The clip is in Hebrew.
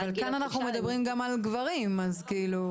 אבל כאן אנחנו מדברים גם על גברים, אז כאילו.